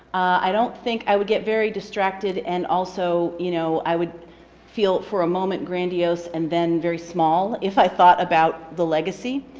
i don't think i would get very distracted, and also you know i would feel for a moment grandiose and then very small if i thought about the legacy.